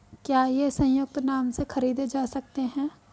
क्या ये संयुक्त नाम से खरीदे जा सकते हैं?